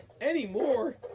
Anymore